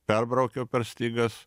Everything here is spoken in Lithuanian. perbraukiau per stygas